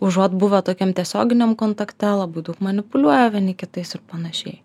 užuot buvę tokiam tiesioginiam kontakte labai daug manipuliuoja vieni kitais ir panašiai